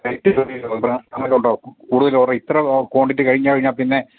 date ഇപ്പോൾ അങ്ങനെ വല്ലതും ഉണ്ടോ കൂടുതൽ ഓർഡറ് ഇത്ര ക്വാണ്ടിറ്റി കഴിഞ്ഞു കഴിഞ്ഞാൽ പിന്നെ